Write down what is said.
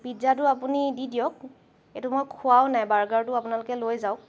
পিজ্জাটো আপুনি দি দিয়ক এইটো মই খোৱাও নাই বাৰ্গাৰটো আপোনালোকে লৈ যাওক